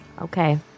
Okay